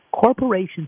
Corporations